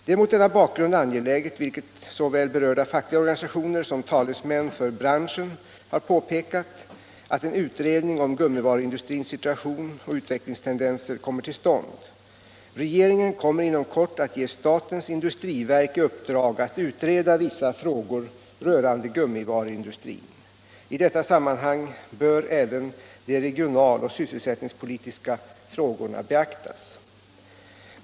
Det är mot denna bakgrund angeläget, vilket såväl berörda fackliga organisationer som talesmän för branschen har påpekat, att en utredning om gummivaruindustrins situation och utvecklingstendenser kommer till stånd. Regeringen kommer inom kort att ge statens industriverk i uppdrag att utreda vissa frågor rörande gummivaruindustrin. I detta sammanhang bör även de regionaloch sysselsättningspolitiska frågorna beaktas.